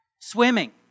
Swimming